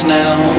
now